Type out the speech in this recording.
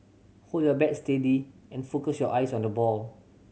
hold your bat steady and focus your eyes on the ball